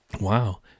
wow